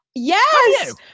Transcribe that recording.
Yes